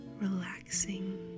relaxing